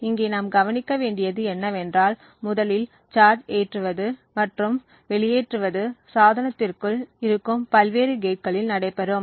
இங்கே நாம் கவனிக்க வேண்டியது என்னவென்றால் முதலில் சார்ஜ் ஏற்றுவது மற்றும் வெளியேற்றுவது சாதனத்திற்குள் இருக்கும் பல்வேறு கேட்களில் நடைபெறும்